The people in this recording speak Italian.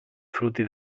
frutti